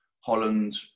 Holland